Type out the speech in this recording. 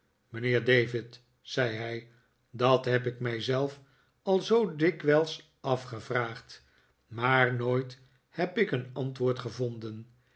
mijnheer david zei hij dat heb ik mijzelf al zoo dikwijls afgevraagd maar nooit heb ik een antwoord gevonden